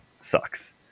sucks